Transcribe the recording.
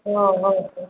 हँ हँ हँ